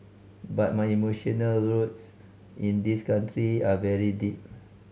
but my emotional roots in this country are very deep